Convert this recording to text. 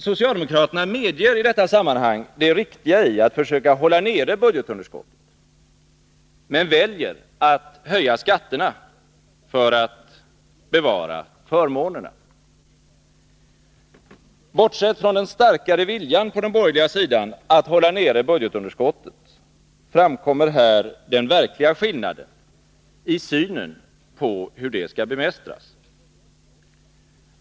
Socialdemokraterna medger i detta sammanhang det riktiga i att försöka hålla nere budgetunderskottet, men väljer att höja skatterna för att bevara förmånerna. Bortsett från den starkare viljan på den borgerliga sidan att hålla nere budgetunderskottet, framkommer här den verkliga skillnaden i synen på hur det skall bemästras.